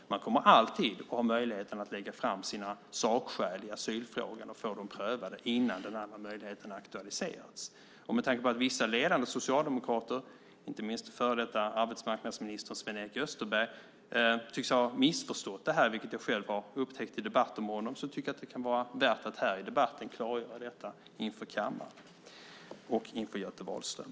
Man kommer alltid att ha möjlighet att lägga fram sina sakskäl i asylfrågan och få dem prövade innan den andra möjligheten aktualiseras. Med tanke på att vissa ledande socialdemokrater, inte minst före detta arbetsmarknadsministern Sven-Erik Österberg, tycks ha missförstått det här, vilket jag har själv har upptäckt i debatter med honom, tycker jag att det kan vara värt att här i debatten klargöra detta inför kammaren och Göte Wahlström.